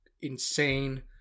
insane